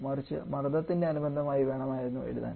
മറിച്ച് മർദ്ദനത്തിൻറെ അനുബന്ധമായി വേണമായിരുന്നു എഴുതാൻ